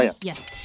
Yes